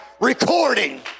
recording